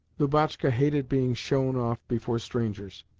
lubotshka hated being shown off before strangers,